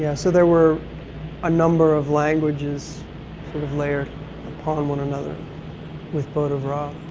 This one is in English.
yeah so there were a number of languages sort of layered upon one another with boat of ra.